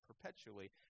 perpetually